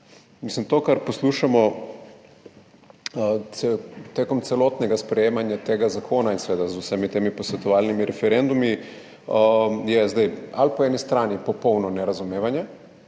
To, kar poslušamo med celotnim sprejemanjem tega zakona in seveda z vsemi temi posvetovalnimi referendumi, je zdaj po eni strani popolno nerazumevanje.